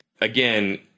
again